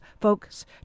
folks